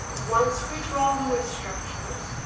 once we draw lewis structures,